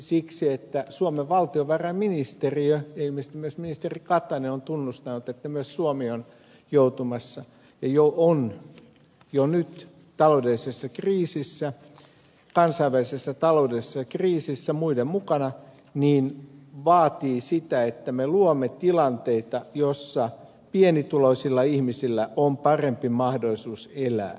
siksi että suomen valtiovarainministeriö ja ilmeisesti myös ministeri katainen on tunnustanut että myös suomi on joutumassa ja on jo nyt taloudellisessa kriisissä kansainvälisessä taloudellisessa kriisissä muiden mukana ja se vaatii sitä että me luomme tilanteita joissa pienituloisilla ihmisillä on parempi mahdollisuus elää